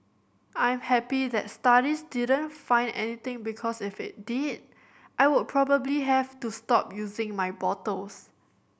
I'm happy the studies didn't find anything because if it did I would probably have to stop using my bottles